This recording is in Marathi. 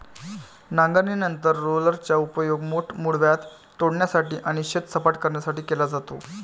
नांगरणीनंतर रोलरचा उपयोग मोठे मूळव्याध तोडण्यासाठी आणि शेत सपाट करण्यासाठी केला जातो